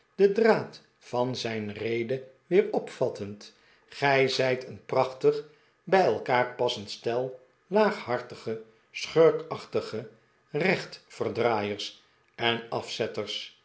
den draad van zijn rede weer opvattend gij zijt een prachtig bij elkaar passend stel laaghartige schurkachtige rechtverdraaiers en afzetters